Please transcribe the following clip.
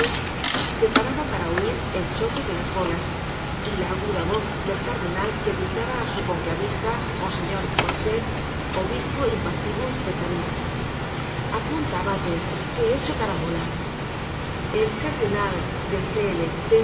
paraba para oir el choque de las bolas y la aguda voz del cardenal que gritaba á su conclavista monseñor coltset obispo inpartibus de caryste apunta abate que he hecho carambola el cardenal de cl t